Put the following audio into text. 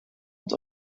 het